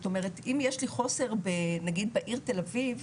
זאת אומרת אם יש לי חוסר נגיד בעיר תל אביב,